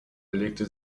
belegte